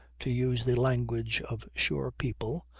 to use the language of shore people,